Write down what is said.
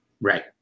Right